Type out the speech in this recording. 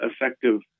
effective